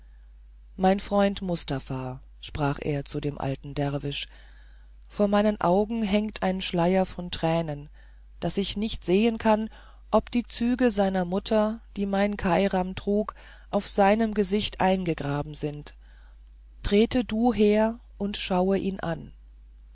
mein freund mustafa sprach er zu dem alten derwisch vor meinen augen hängt ein schleier von tränen daß ich nicht sehen kann ob die züge seiner mutter die mein kairam trug auf seinem gesicht eingegraben sind trete du her und schaue ihn an